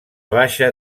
baixa